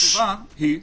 בי"ת,